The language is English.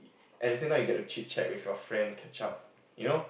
at the same time you get to chit chat with your friend catch up you know